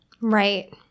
Right